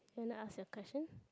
you want to ask a question